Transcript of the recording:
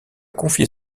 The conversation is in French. confier